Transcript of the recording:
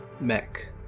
mech